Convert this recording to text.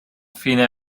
fine